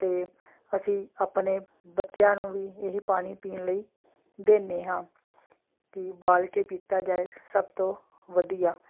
ਅਤੇ ਅਸੀਂ ਆਪਣੇ ਬੱਚਿਆਂ ਨੂੰ ਵੀ ਇਹ ਹੀ ਪਾਣੀ ਪੀਣ ਲਈ ਦਿੰਦੇ ਹਾਂ ਕਿ ਉਬਾਲ ਕੇ ਪੀਤਾ ਜਾਵੇ ਸਭ ਤੋਂ ਵਧੀਆ